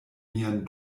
mian